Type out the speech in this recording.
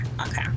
Okay